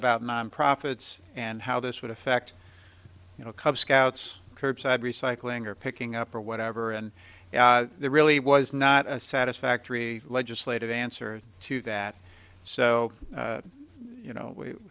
about non profits and how this would affect you know cub scouts curbside recycling or picking up or whatever and there really was not a satisfactory legislative answer to that so you